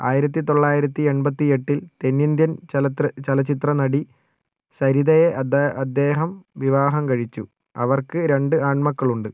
ആയിരത്തിത്തൊള്ളായിരത്തി എൺപത്തിയെട്ടിൽ തെന്നിന്ത്യൻ ചലിത്ര ചലച്ചിത്ര നടി സരിതയെ അദ്ദേഹം വിവാഹം കഴിച്ചു അവർക്ക് രണ്ട് ആൺമക്കളുണ്ട്